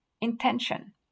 intention